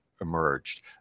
emerged